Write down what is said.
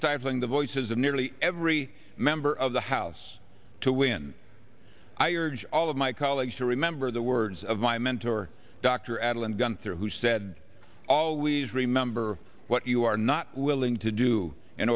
stifling the voices of nearly every member of the house to when i urge all of my colleagues to remember the words of my mentor dr atala and gunther who said always remember what you are not willing to do in